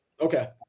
Okay